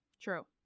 True